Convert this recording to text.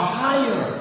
higher